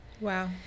Wow